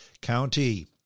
County